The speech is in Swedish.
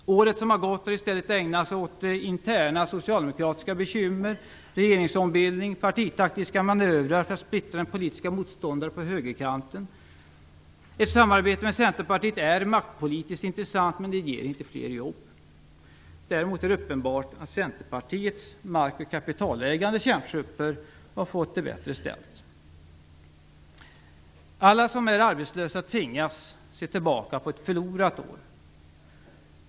Året som gått har i stället ägnats åt interna socialdemokratiska bekymmer, regeringsombildning och partitaktiska manövrer för att splittra de politiska motståndarna på högerkanten. Ert samarbete med Centerpartiet är maktpolitiskt intressant, men det ger inte fler jobb. Däremot är det uppenbart att Centerpartiets mark och kapitalägande kärntrupper har fått det bättre ställt. Alla som är arbetslösa tvingas se tillbaka på ett förlorat år.